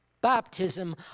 baptism